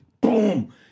boom